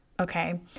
Okay